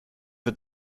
the